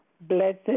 Blessed